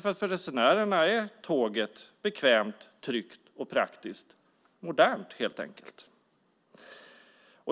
För resenärerna är tåget bekvämt, tryggt och praktiskt, modernt helt enkelt.